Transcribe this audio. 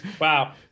Wow